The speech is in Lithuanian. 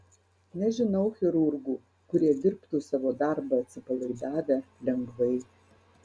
nežinau chirurgų kurie dirbtų savo darbą atsipalaidavę lengvai